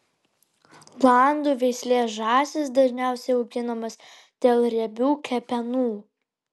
landų veislės žąsys dažniausiai auginamos dėl riebių kepenų